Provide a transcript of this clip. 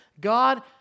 God